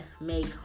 make